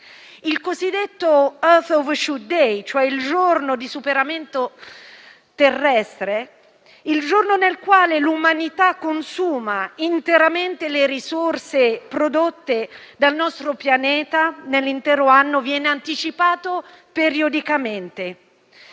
Il cosiddetto Earth overshoot day (EOD), letteralmente il giorno del superamento terrestre, nel quale l'umanità consuma interamente le risorse prodotte dal nostro pianeta nell'intero anno, viene anticipato periodicamente.